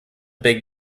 big